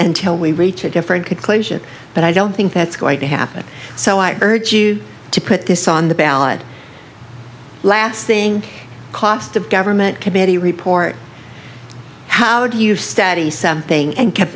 and till we reach a different conclusion but i don't think that's going to happen so i urge you to put this on the ballot last thing cost of government committee report how do you study something and kept